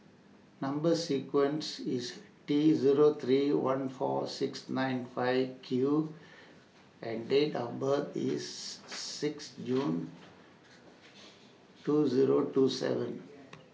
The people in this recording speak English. Number sequence IS T Zero three one four six nine five Q and Date of birth IS six June two Zero two seven